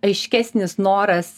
aiškesnis noras